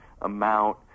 amount